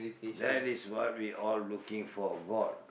that is what we all looking for god